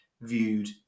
viewed